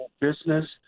business